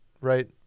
right